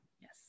yes